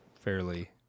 fairly